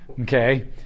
Okay